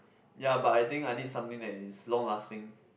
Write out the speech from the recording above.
ya but I think I need something that is long lasting